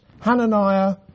Hananiah